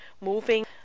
moving